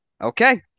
okay